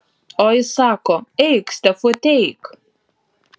o jis sako eik stefut eik